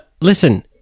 Listen